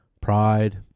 pride